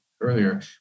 earlier